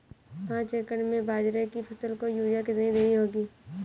पांच एकड़ में बाजरे की फसल को यूरिया कितनी देनी होगी?